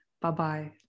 bye-bye